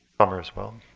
summer as well.